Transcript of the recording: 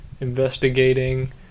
investigating